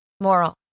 Moral